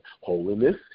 Holiness